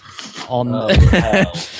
on